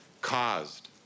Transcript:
caused